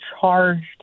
charged